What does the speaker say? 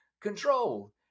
Control